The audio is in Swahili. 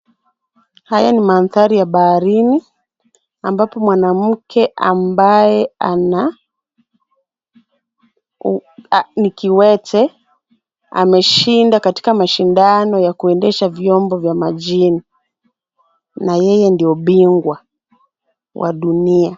Haya ni mandhari ya baharini ambapo mwanamke ambaye ana, ni kiwete ameshinda katika mashindano ya kuendesha vyombo vya majini na yeye ndio bingwa wa dunia.